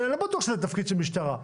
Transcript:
שלא בטוח שזה תפקיד של משטרה,